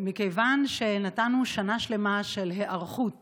מכיוון שנתנו שנה שלמה של היערכות